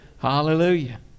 Hallelujah